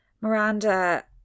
Miranda